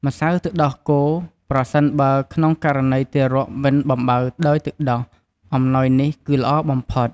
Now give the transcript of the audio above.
ម្សៅទឹកដោះគោ ប្រសិនបើក្នុងករណីទារកមិនបំបៅដោយទឹកដោះ អំណោយនេះគឺល្អបំផុត។